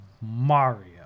mario